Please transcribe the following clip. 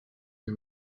des